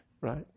right